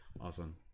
awesome